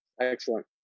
Excellent